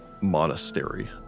monastery